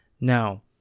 Now